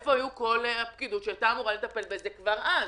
איפה הייתה כל הפקידות שהייתה אמורה לטפל בזה כבר אז?